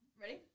Ready